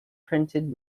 printed